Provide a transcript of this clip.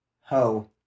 Ho